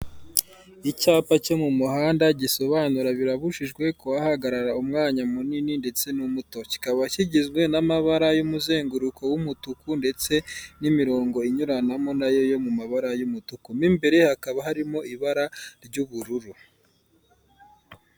icyapa cyomumuhanda gisobanura birabujijwe kuhahagarara umwanya munini ndetse n'umuto kikaba kigizwe n'amabara y'umuzenguruko w'umutuku ndetse n'imirongo inyuranamo nayo yomumabara y'umutuku mw'imbere naho hakaba harimo ibira ry'ubururu